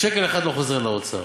שקל אחד לא חוזר לאוצר.